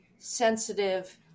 sensitive